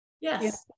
yes